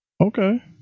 Okay